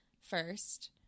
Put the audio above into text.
first